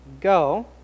go